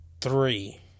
three